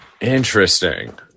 Interesting